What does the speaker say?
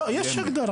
לא, יש הגדרה.